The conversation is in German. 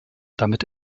damit